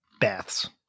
baths